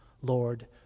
Lord